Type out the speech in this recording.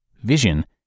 vision